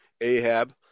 Ahab